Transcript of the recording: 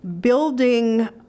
building